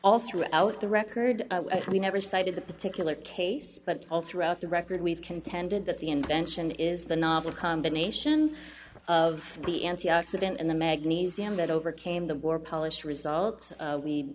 all throughout the record we never cited the particular case but all throughout the record we've contended that the invention is the novel combination of the antioxidant and the magnesium that overcame the war polish result